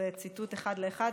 זה ציטוט אחד לאחד.